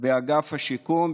באגף השיקום,